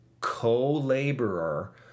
co-laborer